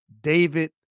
David